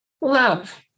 love